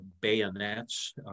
bayonets